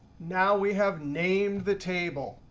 now we have named the table.